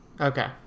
Okay